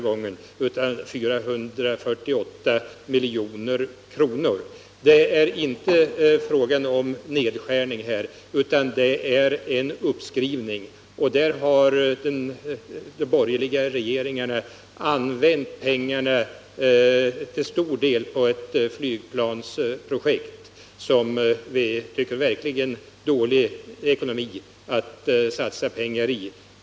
Det är alltså inte fråga om en nedskärning utan om en uppskrivning. De pengarna har de borgerliga regeringarna till stor del använt till ett flygplansprojekt som det verkligen är dålig ekonomi att satsa pengar i.